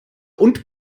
und